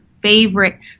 favorite